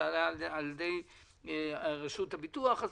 זה עלה על ידי רשות הביטוח,